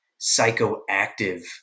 psychoactive